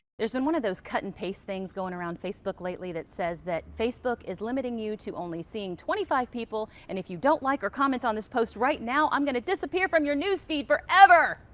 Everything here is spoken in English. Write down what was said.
there's been one of those cut-and-paste things going around facebook lately that says that facebook is limiting you to only seeing twenty five people, and if you don't like or comments on this post right now, i'm gonna disappear from your news feed forever!